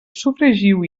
sofregiu